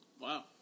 Wow